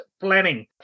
planning